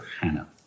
Hannah